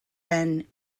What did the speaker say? been